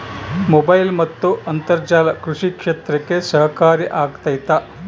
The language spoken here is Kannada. ಮೊಬೈಲ್ ಮತ್ತು ಅಂತರ್ಜಾಲ ಕೃಷಿ ಕ್ಷೇತ್ರಕ್ಕೆ ಸಹಕಾರಿ ಆಗ್ತೈತಾ?